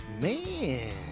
Man